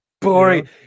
boring